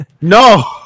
No